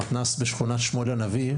במתנ"ס בשכונת שמואל הנביא,